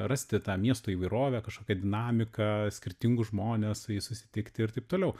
rasti tą miesto įvairovę kažkokią dinamiką skirtingus žmones su jais susitikti ir taip toliau